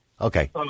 Okay